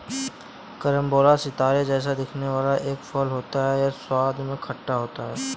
carambola सितारे जैसा दिखने वाला एक फल होता है यह स्वाद में खट्टा होता है